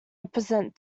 represent